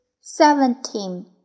Seventeen